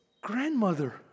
grandmother